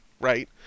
right